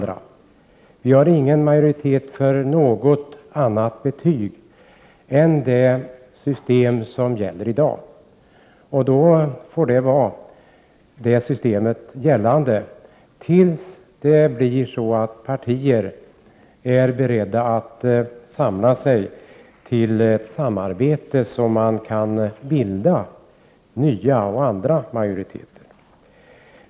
Det finns ingen majoritet för något annat betygssystem än det som gäller i dag. Det systemet får då fortsätta att gälla tills partierna är beredda att samla sig till samarbete för att bilda nya och andra majoriteter.